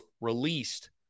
released